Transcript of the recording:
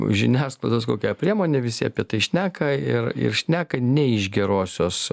žiniasklaidos kokią priemonę visi apie tai šneka ir ir šneka ne iš gerosios